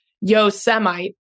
Yosemite